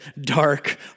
dark